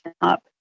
up